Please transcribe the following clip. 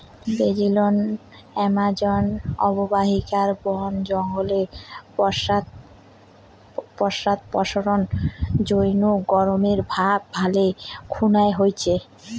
ব্রাজিলর আমাজন অববাহিকাত বন জঙ্গলের পশ্চাদপসরণ জইন্যে গরমের ভাব ভালে খুনায় হইচে